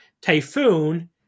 Typhoon